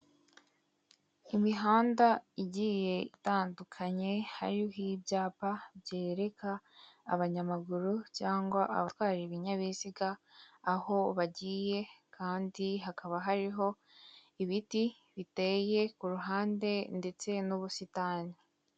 Imihanda igiye itandukanye hariho ibyapa byereka abanyamaguru cyangwa abatwara ibinyabiziga, aho bagiye kandi hakaba hariho ibiti biteye ku ruhande ndetse n'ubusitani.